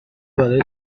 برای